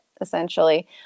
essentially